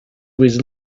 was